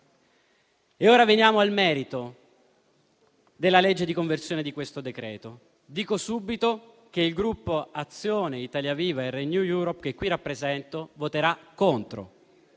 ora al merito della legge di conversione di questo decreto. Dico subito che il Gruppo Azione-Italia Viva-RenewEurope che qui rappresento voterà contro